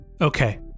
Okay